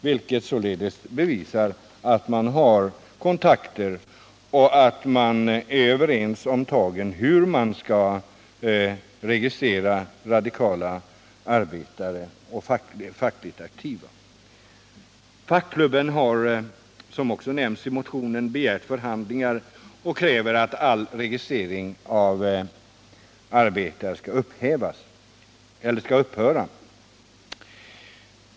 Detta bevisar således att företagen har kontakter med varandra i dessa frågor och att man är överens om hur man skall registrera radikala arbetare och fackligt aktiva. Fackklubben har, som också nämns i motionen, begärt förhandlingar och kräver att all registrering av arbetare skall upphöra.